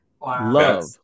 Love